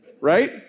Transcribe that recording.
Right